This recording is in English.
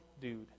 dude